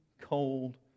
cold